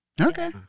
Okay